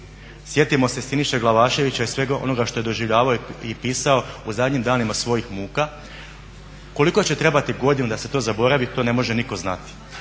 Sjetimo se Siniše Glavaševića i svega onoga što je doživljavao i pisao o zadnjim danima svojih muka. Koliko će trebati godina da se to zaboravi to ne može nitko znati,